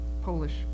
Polish